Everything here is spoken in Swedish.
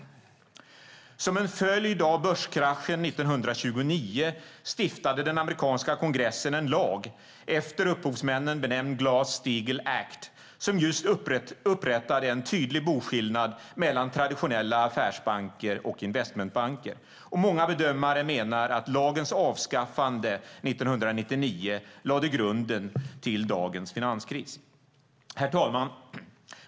Som en följd av börskraschen 1929 stiftade den amerikanska kongressen en lag, efter upphovsmännen kallad Glass-Steagall Act, som just upprättade en tydlig boskillnad mellan traditionella affärsbanker och investmentbanker. Många bedömare menar att lagens avskaffande 1999 lade grunden till dagens finanskris. Herr talman!